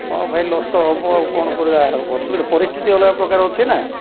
ହଁ ଭାଇ ଲସ୍ ତ ଏବ ଆଉ କ'ଣ କରିବା ଅସୁବିଧା ପରିସ୍ଥିତି ଅଲଗା ପ୍ରକାର ଅଛି ନା